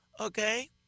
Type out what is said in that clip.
okay